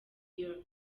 year